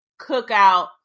cookout